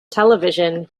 television